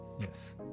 Yes